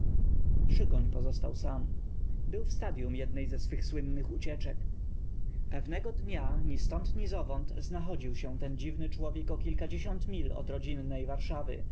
szygoń pozostał sam był w stadyum jednej ze sw ych słynnych ucieczek p ew nego dnia ni stą d ni zow ąd znachodził się ten dziw ny człowiek o kilka set mil od rodzinnej w